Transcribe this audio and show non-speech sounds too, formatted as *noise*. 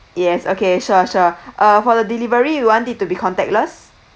yes okay sure sure *breath* uh for the delivery you want it to be contactless